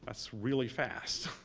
that's really fast.